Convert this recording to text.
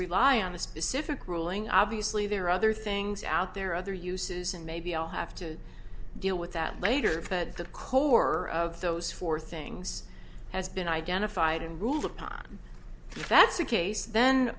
rely on the specific ruling obviously there are other things out there other uses and maybe i'll have to deal with that later but the cold war of those four things has been identified and ruled upon that's the case then